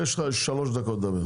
יש לך שלוש דקות לדבר.